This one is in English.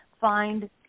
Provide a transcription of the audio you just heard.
find